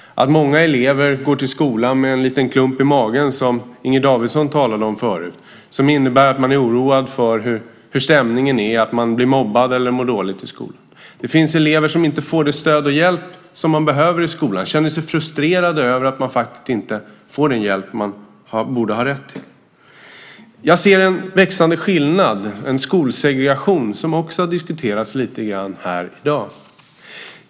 Många elever går till skolan med en liten klump i magen, som Inger Davidson förut talade om. Man är oroad för hur stämningen är. Det kan gälla att man blir mobbad eller mår dåligt i skolan. Det finns elever som inte får det stöd och den hjälp som de behöver i skolan och som känner sig frustrerade över att inte få den hjälp de borde ha rätt till. Jag ser en växande skillnad, en skolsegregation, något som också lite grann har diskuterats här i dag.